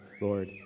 Lord